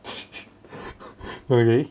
really